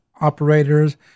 operators